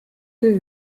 töö